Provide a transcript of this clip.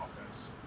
offense